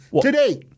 today